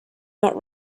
not